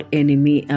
enemy